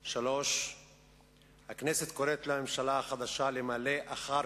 3. הכנסת קוראת לממשלה החדשה למלא אחר